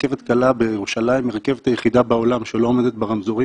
הרכבת הקלה בירושלים היא הרכבת היחידה בעולם שלא עומדת ברמזורים,